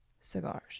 cigars